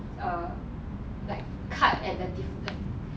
err like cut at the diff~ like